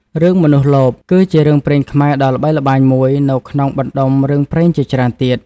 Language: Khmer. រឿង មនុស្សលោភ គឺជារឿងព្រេងខ្មែរដ៏ល្បីល្បាញមួយនៅក្នុងបណ្ដុំរឿងព្រេងជាច្រើនទៀត។